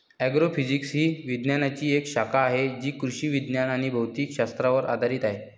agrophysics ही विज्ञानाची एक शाखा आहे जी कृषी विज्ञान आणि भौतिक शास्त्रावर आधारित आहे